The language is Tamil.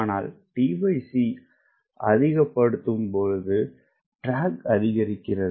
ஆனால்tcஅதிகப்படுத்தும் பொழுது ட்ராக் அதிகரிக்கிறது